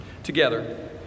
Together